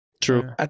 True